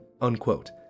Unquote